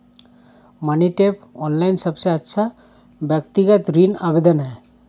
money tap, online सबसे अच्छा व्यक्तिगत ऋण आवेदन है